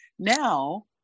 Now